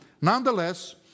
Nonetheless